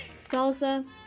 salsa